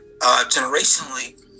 generationally